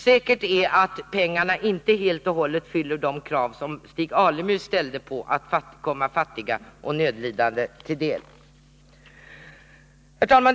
Säkert är att användningen av pengarna inte helt och hållet fyller de krav Stig Alemyr ställde på att de skall komma fattiga och nödlidande till del.